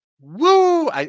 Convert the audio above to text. Woo